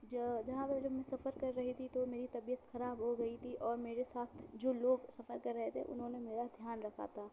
جہاں پہ جب میں سفر کر رہی تھی تو میری طبیعت خراب ہوگئی تھی اور میرے ساتھ جو لوگ سفر کر رہے تھے انہوں نے میرا دھیان رکھا تھا